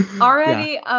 Already